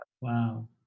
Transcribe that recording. Wow